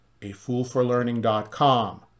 afoolforlearning.com